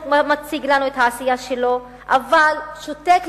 מציג לנו את העשייה שלו אבל שותק,